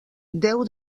deu